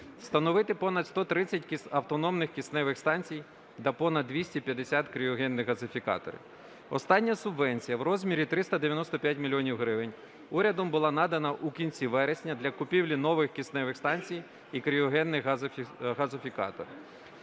встановити понад 130 автономних кисневих станцій та понад 250 кріогенних газифікаторів. Остання субвенція в розмірі 395 мільйонів гривень урядом була надана у кінці вересня для купівлі нових кисневих станцій і кріогенних газифікаторів.